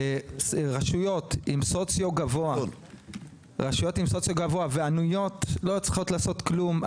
רשויות עם סוציו גבוה לא צריכות לעשות כלום.